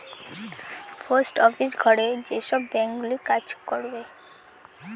post office ঘরে যেসব bank গুলো কাজ করবে